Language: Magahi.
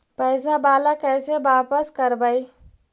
पैसा बाला कैसे बापस करबय?